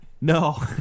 No